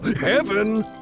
Heaven